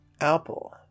Apple